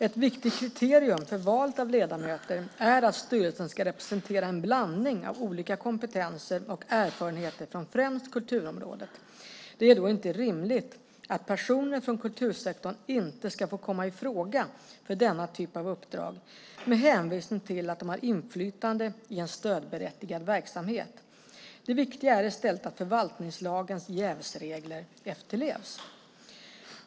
Ett viktigt kriterium för valet av ledamöter är att styrelsen ska representera en blandning av olika kompetenser och erfarenheter från främst kulturområdet. Det är då inte rimligt att personer från kultursektorn inte ska få komma i fråga för denna typ av uppdrag med hänvisning till att de har inflytande i en stödberättigad verksamhet. Det viktiga är i stället att förvaltningslagens jävsregler efterlevs.